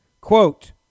Quote